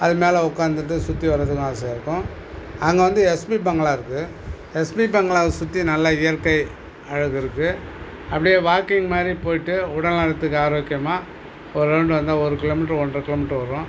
அது மேலே உட்காந்துட்டு சுற்றி வரதுக்கும் ஆசையாக இருக்கும் அங்கே வந்து எஸ்பி பங்களா இருக்கு எஸ்பி பங்களாவை சுற்றி நல்ல இயற்கை அழகு இருக்கு அப்படியே வாக்கிங் மாதிரி போயிவிட்டு உடல் நலத்துக்கு ஆரோக்கியமாக ஒரு ரவுண்ட் வந்தால் ஒரு கிலோமீட்ரு ஒன்றை கிலோமீட்ரு வரும்